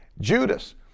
Judas